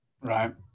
Right